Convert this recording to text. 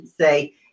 say